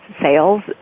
sales